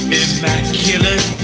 immaculate